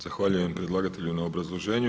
Zahvaljujem predlagatelju na obrazloženju.